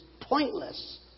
pointless